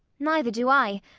neither do i.